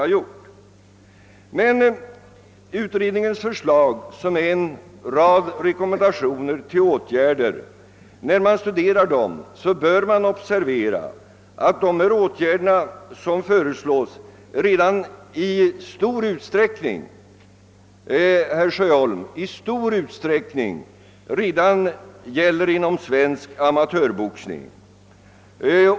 När man studerar utredningens förslag med rekommendationer till en rad åtgärder bör man observera att dessa i stor utsträckning redan har vidtagits inom svensk amatörboxning.